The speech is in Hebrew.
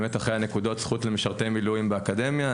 באמת אחרי הנקודות זכות למשרתי מילואים באקדמיה.